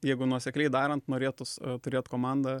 jeigu nuosekliai darant norėtųs turėt komandą